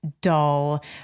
dull